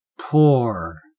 poor